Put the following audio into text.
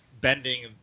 bending